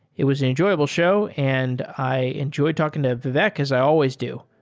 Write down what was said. it was an enjoyable show and i enjoyed talking to vivek as i always do.